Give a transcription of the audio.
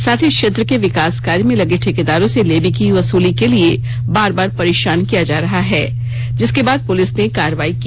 साथ ही क्षेत्र के विकास कार्य में लगे ठेकेदारों से लेवी की वसूली के लिए बार बार परेशान किया जा रहा था जिसके बाद पुलिस ने कार्रवाई की